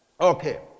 Okay